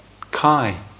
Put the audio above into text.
Kai